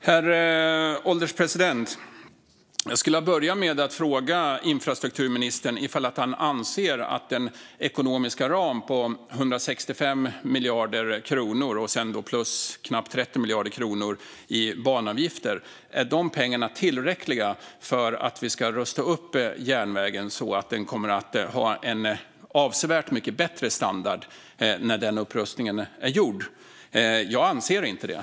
Herr ålderspresident! Jag skulle vilja börja med att fråga infrastrukturministern om han anser att den ekonomiska ram på 165 miljarder kronor plus knappt 30 miljarder kronor i banavgifter är tillräcklig för att rusta upp järnvägen så att den har en avsevärt mycket bättre standard efter upprustningen. Jag anser inte det.